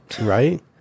Right